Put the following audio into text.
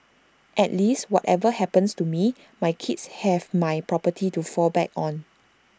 at least whatever happens to me my kids have my property to fall back on